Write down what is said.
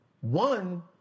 One